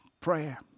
prayer